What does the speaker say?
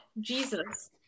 Jesus